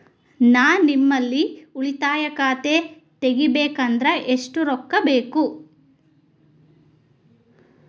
ನಾ ನಿಮ್ಮಲ್ಲಿ ಉಳಿತಾಯ ಖಾತೆ ತೆಗಿಬೇಕಂದ್ರ ಎಷ್ಟು ರೊಕ್ಕ ಬೇಕು?